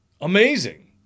Amazing